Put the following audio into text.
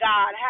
God